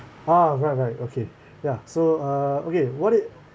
ah right right okay ya so uh okay what it